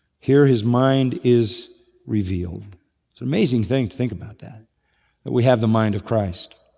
here his mind is revealed. it's an amazing thing to think about that, that we have the mind of christ.